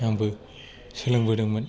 आंबो सोलोंबोदोंमोन